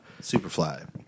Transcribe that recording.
Superfly